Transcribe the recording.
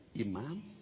Imam